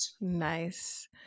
Nice